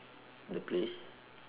the place